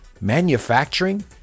Manufacturing